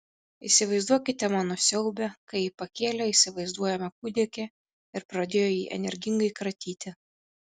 įsivaizduokite mano siaubią kai ji pakėlė įsivaizduojamą kūdikį ir pradėjo jį energingai kratyti